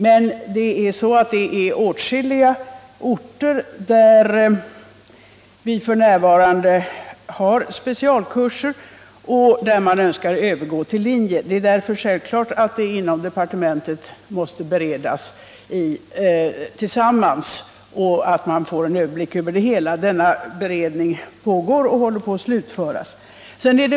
Men det finns åtskilliga orter där man f. n. har specialkurser och där man önskar övergå till linjer. Det är därför självklart att dessa önskemål måste beredas tillsammans och att departementet måste få en överblick över det hela. Denna beredning pågår och håller på att slutföras.